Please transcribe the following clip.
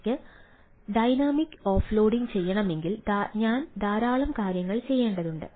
എനിക്ക് dynamic offloading ചെയ്യണമെങ്കിൽ ഞാൻ ധാരാളം കാര്യങ്ങൾ ചെയ്യേണ്ടതുണ്ട്